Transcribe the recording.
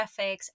graphics